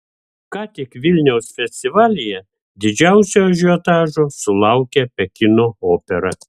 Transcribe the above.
ką tik vilniaus festivalyje didžiausio ažiotažo sulaukė pekino opera